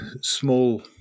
small